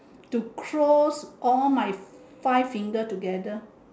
to close all my five finger together